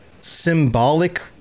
symbolic